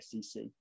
sec